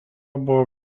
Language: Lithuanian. buvo